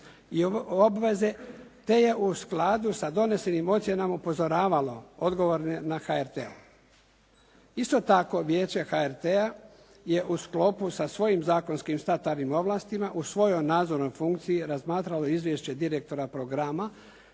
i obveze te je u skladu sa donesenim ocjenama upozoravalo odgovorne na HRT-u. Isto tako Vijeće HRT-a je u sklopu sa svojim zakonskim startanim ovlastima u svojoj nadzornoj funkciji razmatralo izvješće direktora programa